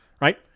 right